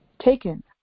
taken